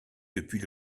depuis